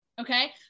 Okay